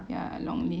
ya long leave